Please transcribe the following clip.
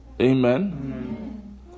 amen